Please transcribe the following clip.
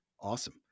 awesome